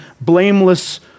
blameless